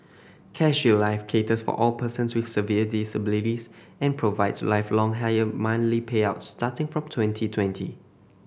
Care Shield Life caters for all persons with severe disabilities and provides lifelong higher money payouts starting from twenty and twenty